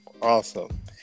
Awesome